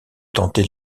tenter